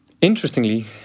Interestingly